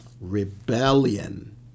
rebellion